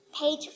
Page